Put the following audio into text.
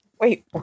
Wait